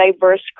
diverse